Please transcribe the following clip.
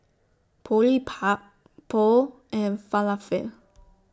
Boribap Pho and Falafel